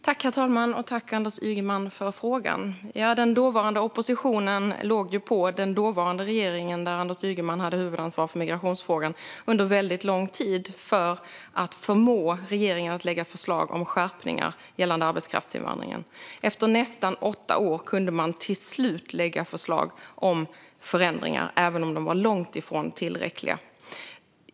Herr talman! Tack för frågan, Anders Ygeman! Den dåvarande oppositionen låg på den dåvarande regeringen, där Anders Ygeman hade huvudansvar för migrationsfrågan, under väldigt lång tid för att förmå den att lägga fram förslag om skärpningar gällande arbetskraftsinvandringen. Efter nästan åtta år kunde man till slut lägga fram förslag om förändringar, även om de var långt ifrån tillräckliga.